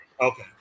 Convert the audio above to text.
Okay